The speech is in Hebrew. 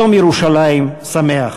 יום ירושלים שמח.